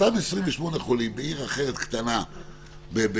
אותם 28 חולים בעיר אחרת קטנה בצפון,